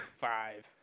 five